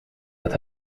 dat